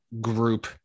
group